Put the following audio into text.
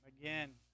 again